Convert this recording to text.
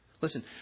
Listen